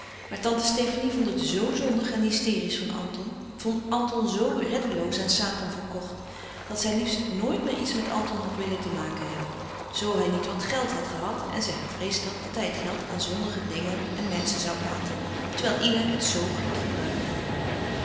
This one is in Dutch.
maar tante stefanie vond het zo zondig en hysteriesch van anton vond anton zoo reddeloos aan satan verkocht dat zij liefst nooit meer iets met anton had willen te maken hebben zoo hij niet wat geld had gehad en zij gevreesd had dat hij het geld aan zondige dingen en menschen zoû laten terwijl ina het zoo goed gebruiken kon